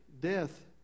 death